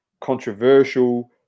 controversial